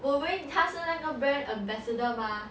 well we passed by ambassador mah